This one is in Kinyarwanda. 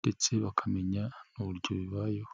ndetse bakamenya n'uburyo bibayeho.